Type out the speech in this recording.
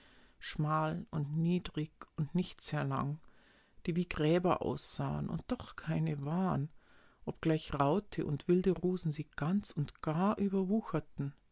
schmal und niedrig und nicht sehr lang die wie gräber aussahen und doch keine waren obgleich raute und wilde rosen sie ganz und gar überwucherten